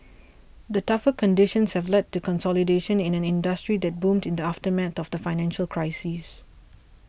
the tougher conditions have led to consolidation in an industry that boomed in the aftermath of the financial crisis